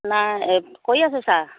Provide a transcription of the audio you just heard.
নাই কৰি আছো ছাৰ